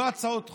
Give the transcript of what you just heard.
לא הצעות חוק,